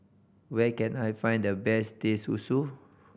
where can I find the best Teh Susu